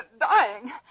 dying